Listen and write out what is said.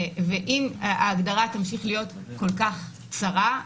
ואם ההגדרה תמשיך להיות כל כך צרה,